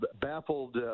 baffled